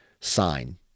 sign